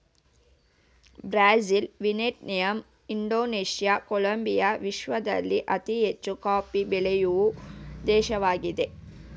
Brazil, Vietnam, Indonesia, Colombia ವಿಶ್ವದಲ್ಲಿ ಅತಿ ಹೆಚ್ಚು ಕಾಫಿ ಬೆಳೆಯೂ ದೇಶಗಳಾಗಿವೆ